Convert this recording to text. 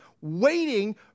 waiting